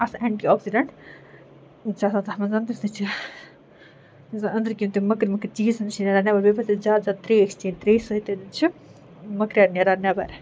آسان antioxidant تِم چھِ آسان تَتھ منٛز تمہِ سۭتۍ چھِ یُس زَن أنٛدرۍ کِنۍ تِم مٔکٕرۍ مٔکٕرۍ چیٖزَ تِم چھِ نیران نٮ۪بَر بیٚیہِ پَزِ اَسہِ زیادٕ زیادٕ ترٛیش چیٚنۍ ترٛیشہِ سۭتۍ تہِ چھُ مٔکریار نیران نٮ۪بر